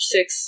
Six